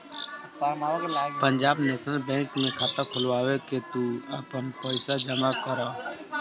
Punjab National Bank में खाता खोलवा के तू आपन पईसा जमा करअ